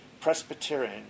Presbyterian